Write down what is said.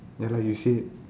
ya lah you said